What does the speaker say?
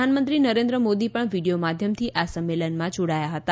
પ્રધાનમંત્રી નરેન્દ્ર મોદી પણ વીડિથો માધ્યમથી આ સંમેલનમાં જોડાયા હતા